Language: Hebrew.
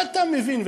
מה אתה מבין?